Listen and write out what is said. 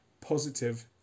positive